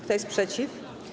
Kto jest przeciw?